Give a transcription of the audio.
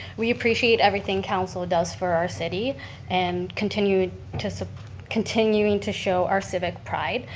we appreciate everything council does for our city and continuing to so continuing to show our civic pride,